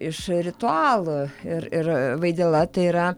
iš ritualų ir ir vaidila tai yra